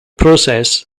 process